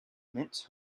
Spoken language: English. mince